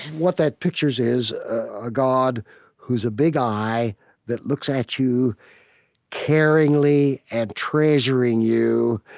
what that pictures is a god who's a big eye that looks at you caringly, and treasuring you.